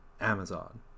Amazon